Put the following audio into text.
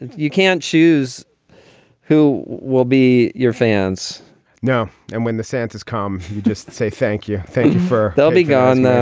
you can't choose who will be your fans no. and when the santas come, you just say thank you. thank you for they'll be gone.